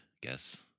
guess